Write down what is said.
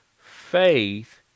faith